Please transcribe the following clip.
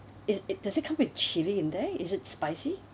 is does it come with chili in there is it spicy